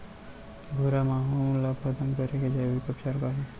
भूरा माहो ला खतम करे के जैविक उपचार का हे?